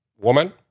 woman